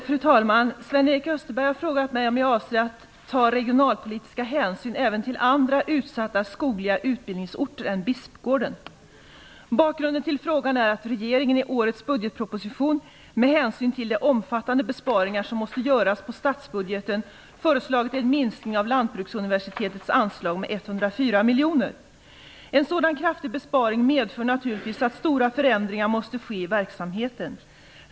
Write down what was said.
Fru talman! Sven-Erik Österberg har frågat mig om jag avser att ta regionalpolitiska hänsyn även till andra utsatta skogliga utbildningsorter än Bispgården. Bakgrunden till frågan är att regeringen i årets budgetproposition, med hänsyn till de omfattande besparingar som måste göras på statsbudgeten, föreslagit en minskning av Lantbruksuniversitetets anslag med 104 miljoner. En sådan kraftig besparing medför naturligtvis att stora förändringar måste ske i verksamheten.